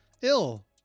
ill